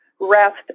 rest